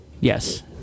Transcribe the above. Yes